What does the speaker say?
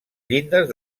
llindes